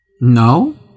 No